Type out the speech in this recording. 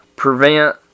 prevent